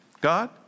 God